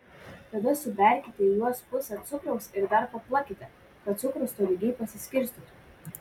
tada suberkite į juos pusę cukraus ir dar paplakite kad cukrus tolygiai pasiskirstytų